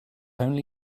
only